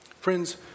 Friends